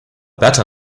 better